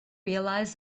realize